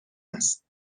است